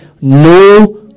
No